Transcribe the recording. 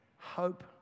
hope